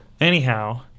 Anyhow